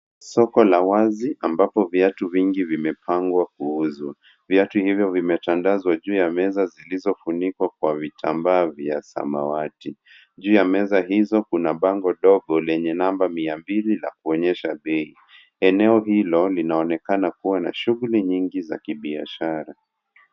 Soko la wazi ambapo viatu vingi vimepangwa kwa kuuzwa. Viatu hivyo vimetandazwa juu ya meza zilizofunikwa kwa vitambaa vya samawati. Juu ya meza hizo kuna bango dogo lenye namba mia mbili na kuonyesha bei. Eneo hilo linaonekana kuwa na shughuli nyingi za kibiashara.